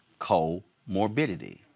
comorbidity